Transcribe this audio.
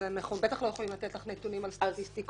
אנחנו בטח לא יכולים לתת לך נתונים על סטטיסטיקות.